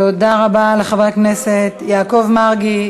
תודה רבה לחבר הכנסת יעקב מרגי.